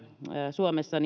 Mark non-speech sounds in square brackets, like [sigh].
suomessa [unintelligible]